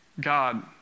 God